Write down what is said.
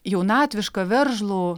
jaunatvišką veržlų